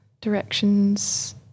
directions